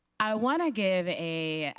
i want to give a